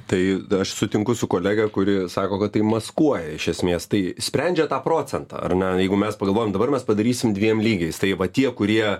tai aš sutinku su kolege kuri sako kad tai maskuoja iš esmės tai sprendžia tą procentą ar na jeigu mes pagalvojam dabar mes padarysim dviem lygiais tai va tie kurie